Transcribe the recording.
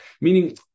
Meaning